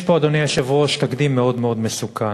יש פה, אדוני היושב-ראש, תקדים מאוד מאוד מסוכן.